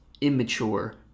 immature